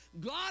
God